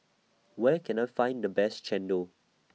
Where Can I Find The Best Chendol